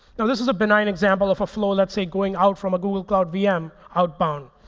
so this is a benign example of a flow, let's say, going out from a google cloud vm outbound.